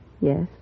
Yes